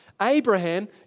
Abraham